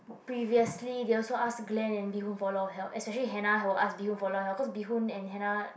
previously they also ask Glen and Bi-hun for a lot of help especially Hannah he will ask Bi-hun for a lot of help because Bi-hun and Hannah